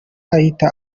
ahita